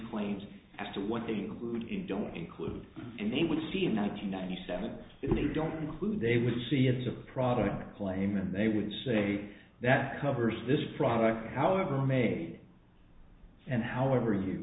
claims as to what they include in don't include and they would see in nine hundred ninety seven if they don't include they would see it's a product claim and they would say that covers this product however made and however you